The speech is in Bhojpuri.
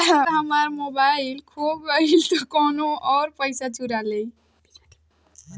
अगर हमार मोबइल खो गईल तो कौनो और हमार पइसा चुरा लेइ?